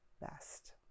best